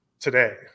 today